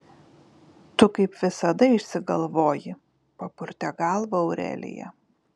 tu kaip visada išsigalvoji papurtė galvą aurelija